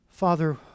Father